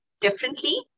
differently